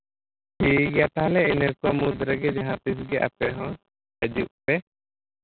ᱴᱷᱤᱠ ᱜᱮᱭᱟ ᱛᱟᱦᱚᱞᱮ ᱤᱱᱟᱹ ᱠᱚ ᱢᱩᱫᱽ ᱨᱮᱜᱮ ᱡᱟᱦᱟᱸ ᱛᱤᱥᱦᱚᱸ ᱟᱯᱮᱦᱚᱸ ᱦᱤᱡᱩᱜ ᱯᱮ